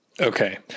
Okay